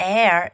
Air